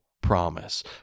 promise